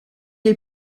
est